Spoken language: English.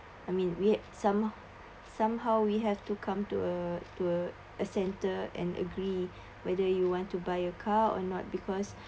I mean we some somehow we have to come to a to a a centre and agree whether you want to buy a car or not because